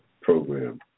program